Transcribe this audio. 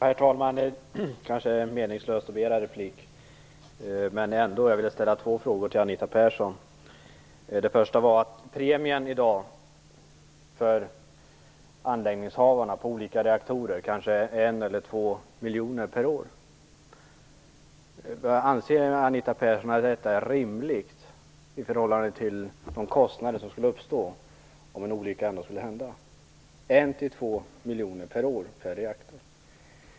Herr talman! Det kanske är meningslöst att begära replik, men jag ville ställa två frågor till Anita Persson. Den premie som anläggningsinnehavarna betalar för olika reaktorer är kanske 1 eller 2 miljoner per år. Anser Anita Persson att detta är rimligt i förhållande till de kostnader som skulle uppstå om en olycka trots allt skulle hända?